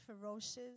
ferocious